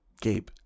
Gabe